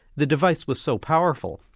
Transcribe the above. the device was so powerful,